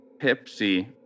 Pepsi